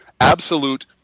absolute